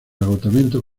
agotamiento